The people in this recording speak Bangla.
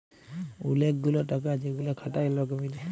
ওলেক গুলা টাকা যেগুলা খাটায় লক মিলে